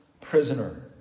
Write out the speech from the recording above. prisoner